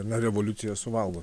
ar ne revoliucija suvalgo